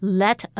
let